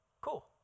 Cool